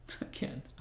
Again